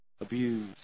abuse